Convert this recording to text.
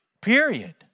period